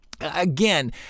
Again